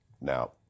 Now